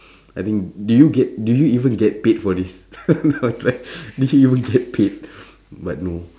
I think do you get do you even get paid for this I was like do you even get paid but no